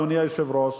אדוני היושב-ראש,